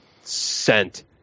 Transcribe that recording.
sent